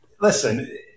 listen